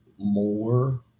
more